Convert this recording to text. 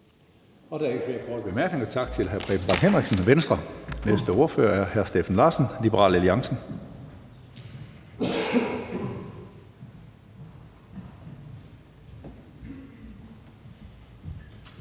Der er ikke flere korte bemærkninger. Tak til fru Karina Lorentzen Dehnhardt, SF. Næste ordfører er hr. Steffen Larsen, Liberal Alliance.